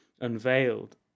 unveiled